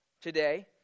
today